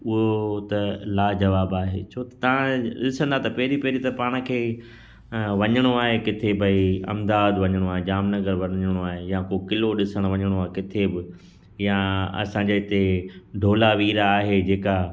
उहो त लाजवाबु आहे छो त तव्हां ॾिसंदा त पहिरीं पहिरीं त पाण खे वञिणो आहे किथे भई अहमदाबाद वञिणो आहे जामनगर वञिणो आहे या को क़िलो ॾिसण वञिणो आहे किथे बि या असांजे हिते धोलावीरा आहे जे का